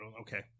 Okay